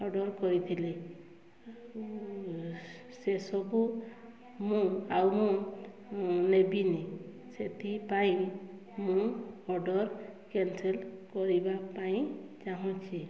order କରିଥିଲି ସେ ସବୁ ମୁଁ ଆଉ ମୁଁ ନେବିନି ସେଥିପାଇଁ ମୁଁ ଅର୍ଡ଼ର୍ କ୍ୟାନ୍ସଲ୍ କରିବା ପାଇଁ ଚାହୁଁଛି